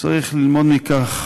צריך ללמוד מכך